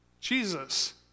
Jesus